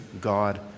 God